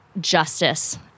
justice